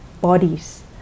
bodies